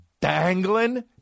dangling